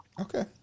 Okay